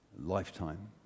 lifetime